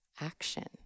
action